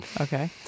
Okay